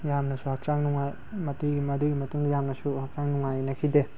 ꯌꯥꯝꯅꯁꯨ ꯍꯛꯆꯥꯡ ꯅꯨꯉꯥꯏ ꯃꯇꯤ ꯃꯗꯨꯒꯤ ꯃꯇꯨꯡꯗ ꯌꯥꯝꯅꯁꯨ ꯍꯛꯆꯤꯡ ꯅꯨꯉꯥꯏꯅꯈꯤꯗꯦ